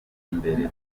imbere